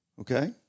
Okay